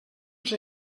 els